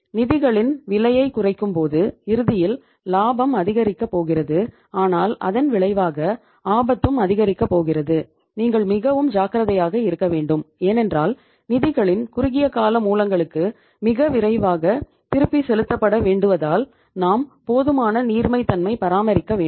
நிதிகளின் விலையை குறைக்கும்போது இறுதியில் லாபம் அதிகரிக்கப் போகிறது ஆனால் அதன் விளைவாக ஆபத்தும் அதிகரிக்கப் போகிறது நீங்கள் மிகவும் ஜாக்கிரதையாக இருக்க வேண்டும் ஏனென்றால் நிதிகளின் குறுகிய கால மூலங்களுக்கு மிக விரைவாக திருப்பிச் செலுத்தப்படவேண்டுவதால் நாம் போதுமான நீர்மைத்தன்மை பராமரிக்க வேண்டும்